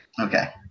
Okay